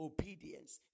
Obedience